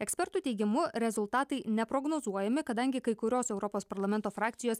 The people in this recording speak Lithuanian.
ekspertų teigimu rezultatai neprognozuojami kadangi kai kurios europos parlamento frakcijos